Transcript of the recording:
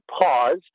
pause